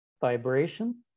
vibration